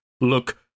look